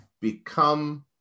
become